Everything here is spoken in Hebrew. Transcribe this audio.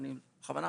אני בכוונה,